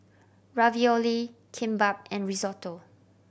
Ravioli Kimbap and Risotto